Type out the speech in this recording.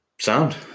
Sound